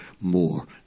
more